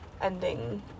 ending